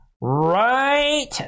Right